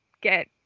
get